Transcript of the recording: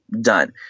done